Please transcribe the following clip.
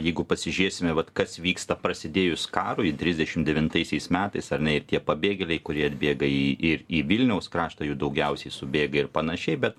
jeigu pasižiūrėsime vat kas vyksta prasidėjus karui trisdešim devintaisiais metais ar ne ir tie pabėgėliai kurie atbėga į ir į vilniaus kraštą jų daugiausiai subėga ir panašiai bet